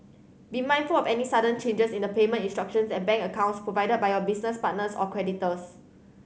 be mindful of any sudden changes in the payment instructions and bank accounts provided by your business partners or creditors